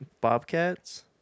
bobcats